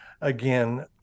again